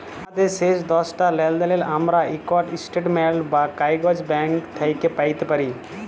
আমাদের শেষ দশটা লেলদেলের আমরা ইকট ইস্ট্যাটমেল্ট বা কাগইজ ব্যাংক থ্যাইকে প্যাইতে পারি